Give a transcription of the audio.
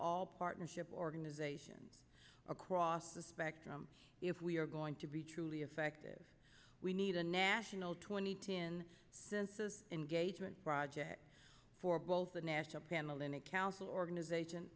all partnership organizations across the spectrum if we are going to be truly effective we need a national twenty tin census engagement project for both the national panel in a council organization